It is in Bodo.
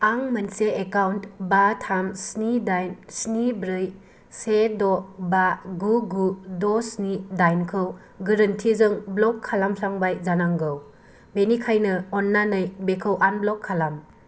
आं मोनसे एकाउन्ट बा थाम स्नि दाइन स्नि ब्रै से द' बा गु गु द' स्नि दाइन खौ गोरोन्थिजों ब्ल'क खालामफ्लांबाय जानांगौ बेनिखायनो अन्नानै बेखौ आनब्ल'क खालाम